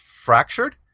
fractured